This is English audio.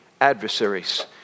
adversaries